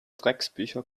drecksbücher